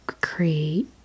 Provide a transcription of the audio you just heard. create